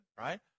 right